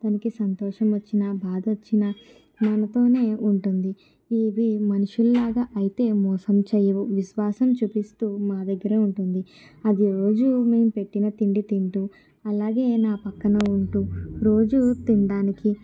దానికి సంతోషం వచ్చిన బాధ వచ్చిన మనతో ఉంటుంది ఇవి మనుషుల లాగా అయితే మోసం చేయదు విశ్వాసం చూపిస్తు మన దగ్గర ఉంటుంది అది రోజు మేముపెట్టిన తిండి తింటు అలాగే నా పక్కన ఉంటూ రోజు తినడానికి